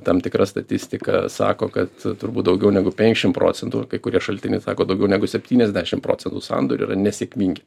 tam tikra statistika sako kad turbūt daugiau negu penkšimt procentų kai kurie šaltiniai sako daugiau negu septyniasdešim procentų sandorių yra nesėkmingi